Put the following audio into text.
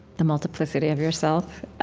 the multiplicity of yourself,